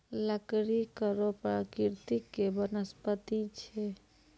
लकड़ी कड़ो प्रकृति के वनस्पति छै